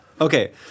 Okay